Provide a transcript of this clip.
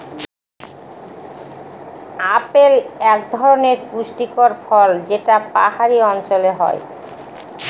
apple এক ধরনের পুষ্টিকর ফল যেটা পাহাড়ি অঞ্চলে হয়